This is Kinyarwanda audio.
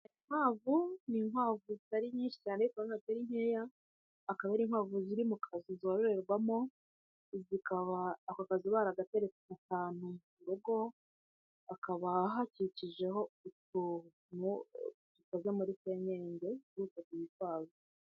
Inkwavu, ni inkwavu zitari nyinshi cyane ariko nanone zitari nkeya, akaba ari inkwavu ziri mukazu zororerwamo, inzu ikaba, ako kazu bakaba baragateretse ahantu mu rugo, hakaba hakikijeho utuntu dukoze muri senkenge twubakiye inkwavu.